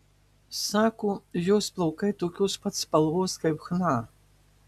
sako jos plaukai tokios pat spalvos kaip chna